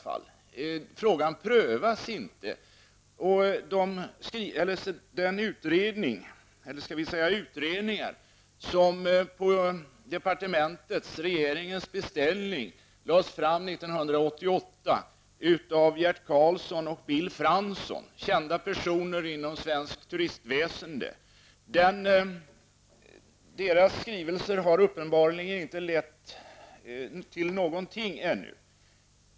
Frågan prövas inte, och de utredningar som på departementets och regeringens beställning lades fram 1988 av Gert Karlsson och Bill Fransson, kända personer inom svenskt turistväsende, har uppenbarligen inte lett till någonting ännu.